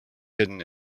hidden